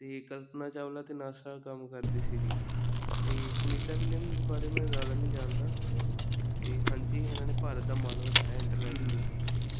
ਅਤੇ ਕਲਪਨਾ ਚਾਵਲਾ ਤਾਂ ਨਾਸਾ ਕੰਮ ਕਰਦੀ ਸੀਗੀ ਅਤੇ ਸੁਨੀਤਾ ਵਿਲੀਅਮਸ ਬਾਰੇ ਮੈਂ ਜ਼ਿਆਦਾ ਨਹੀਂ ਜਾਣਦਾ ਅਤੇ ਹਾਂਜੀ ਇਹਨਾਂ ਨੇ ਭਾਰਤ ਦਾ ਮਾਣ ਵਧਾਇਆ ਇੰਟਰਨੈਸ਼ਨਲ ਲੈਵਲ 'ਤੇ